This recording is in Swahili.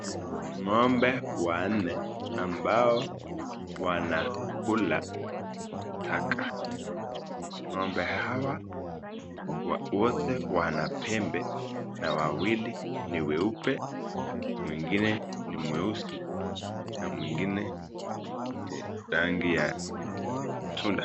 Mgombe wanne ambao wanakula taka. Ngombe hawa wote wana pembe na wawili ni weupe mwingine ni mweusi na mwingine ni rangi ya tunda.